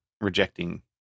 rejecting